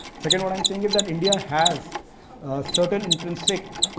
second, what i'm saying is that india has certain intrinsic